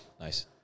Nice